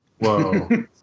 Whoa